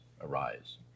arise